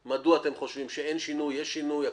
יכול להיות שגם ימשיכו עם ההתנהלות הרגילה,